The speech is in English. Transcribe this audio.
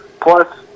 Plus